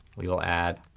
we will add.